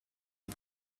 you